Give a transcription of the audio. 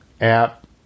app